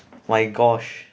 my gosh